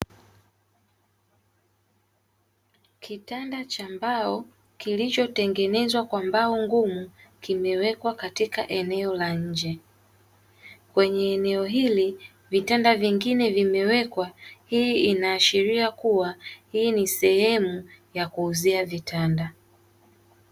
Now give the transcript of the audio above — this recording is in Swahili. Kitanda cha mbao kilichotengenezwa kwa mbao ngumu kimewekwa katika eneo la nje, kwenye eneo hili vitanda vingine vimewekwa. Hii inaashiria kuwa hii ni sehemu ya kuuzia vitanda.